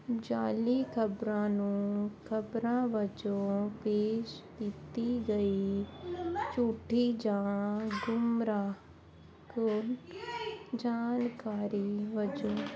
ਜਾਅਲੀ ਖ਼ਬਰਾਂ ਨੂੰ ਖ਼ਬਰਾਂ ਵਜੋਂ ਪੇਸ਼ ਕੀਤੀ ਗਈ ਝੂਠੀ ਜਾਂ ਗੁਮਰਾਹ ਜਾਣਕਾਰੀ ਵਜੋਂ